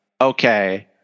okay